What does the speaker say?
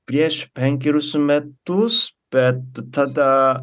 prieš penkerius metus bet tada